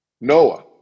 Noah